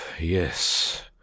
yes